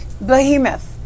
behemoth